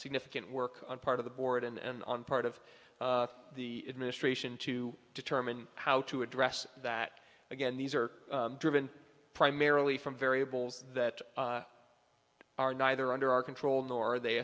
significant work on part of the board and on part of the administration to determine how to address that again these are driven primarily from variables that are neither under our control nor are they